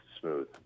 smooth